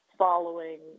following